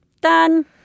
Done